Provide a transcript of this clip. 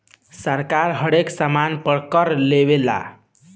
सरकार हरेक सामान पर कर लेवेला